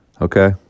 okay